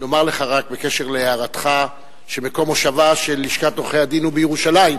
לומר לך בקשר להערתך שמקום מושבה של לשכת עורכי-הדין הוא בירושלים,